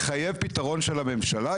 מחייב פתרון של הממשלה,